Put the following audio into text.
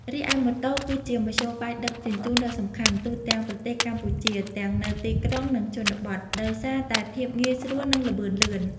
រីឯម៉ូតូ គឺជាមធ្យោបាយដឹកជញ្ជូនដ៏សំខាន់ ទូទាំងប្រទេសកម្ពុជា ទាំងនៅទីក្រុង និងជនបទ ដោយសារតែភាពងាយស្រួល និងល្បឿនលឿន ។